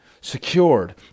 secured